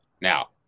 Now